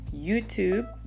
YouTube